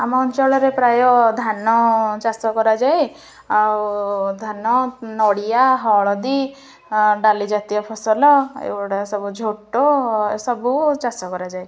ଆମ ଅଞ୍ଚଳରେ ପ୍ରାୟ ଧାନ ଚାଷ କରାଯାଏ ଆଉ ଧାନ ନଡ଼ିଆ ହଳଦୀ ଡାଲି ଜାତୀୟ ଫସଲ ଏଗୁଡ଼ା ସବୁ ଝୋଟ ସବୁ ଚାଷ କରାଯାଏ